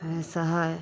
ऐसा है